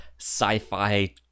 sci-fi